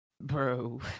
Bro